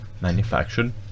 manufactured